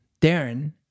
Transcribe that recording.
Darren